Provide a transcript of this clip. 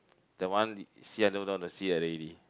that one see until I don't want to see already